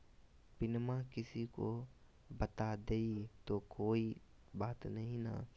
पिनमा किसी को बता देई तो कोइ बात नहि ना?